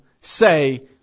say